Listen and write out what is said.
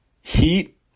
Heat